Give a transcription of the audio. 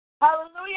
Hallelujah